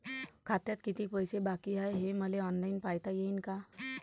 खात्यात कितीक पैसे बाकी हाय हे मले ऑनलाईन पायता येईन का?